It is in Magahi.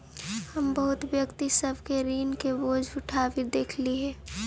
हम बहुत व्यक्ति सब के ऋण के बोझ उठाबित देखलियई हे